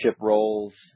roles